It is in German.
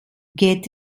geht